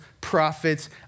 prophets